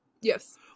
Yes